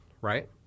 right